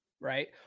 right